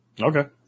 Okay